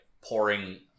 pouring